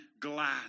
glad